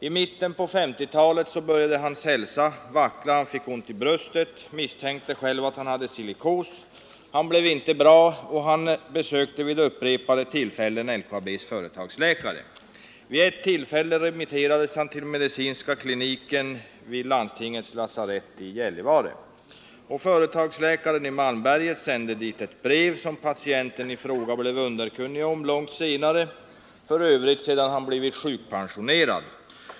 I mitten på 1950-talet började hans hälsa vackla. Han fick ont i bröstet, misstänkte själv att han hade silikos, blev inte bra och besökte vid upprepade tillfällen LKAB:s företagsläkare. Vid ett tillfälle remitterades han till medicinska kliniken vid landstingets lasarett i Gällivare. Företagsläkaren i Malmberget sände dit ett brev, som patienten i fråga blev underkunnig om långt senare, för övrigt sedan han blivit sjukpensionerad.